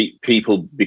people